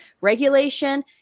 regulation